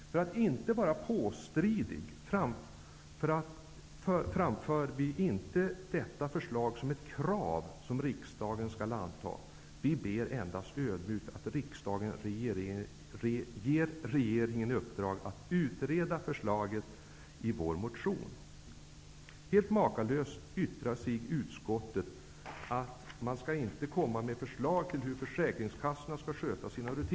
För att inte vara påstridiga framför vi inte detta förslag som ett krav till riksdagen. Vi ber i motionen endast ödmjukt att riksdagen ger regeringen i uppdrag att utreda förslaget. Helt makalöst uttalar utskottet att man inte skall komma med förslag till hur försäkringskassorna skall sköta sina rutiner.